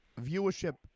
viewership